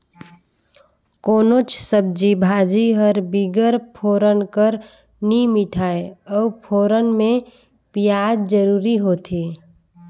कोनोच सब्जी भाजी हर बिगर फोरना कर नी मिठाए अउ फोरना में पियाज जरूरी होथे